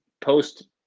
post